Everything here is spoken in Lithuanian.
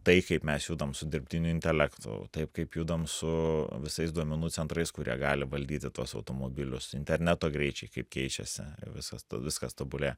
tai kaip mes judam su dirbtiniu intelektu taip kaip judam su visais duomenų centrais kurie gali valdyti tuos automobilius interneto greičiai kaip keičiasi viskas viskas tobulėja